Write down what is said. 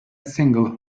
single